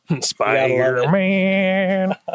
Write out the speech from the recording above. Spider-Man